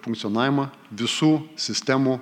funkcionavimą visų sistemų